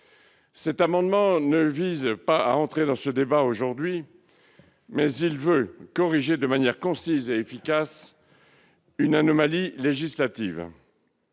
Cet amendement ne vise pas, néanmoins, à entrer dans ce débat aujourd'hui ; il tend seulement à corriger de manière concise et efficace une anomalie législative.